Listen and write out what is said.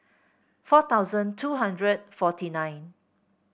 four thousand two hundred forty nine